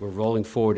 we're rolling forward